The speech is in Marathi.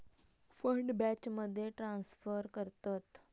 फंड बॅचमध्ये ट्रांसफर करतत